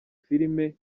filme